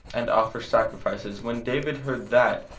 and offer sacrifices. when david heard that,